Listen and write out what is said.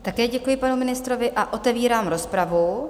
Také děkuji panu ministrovi a otevírám rozpravu.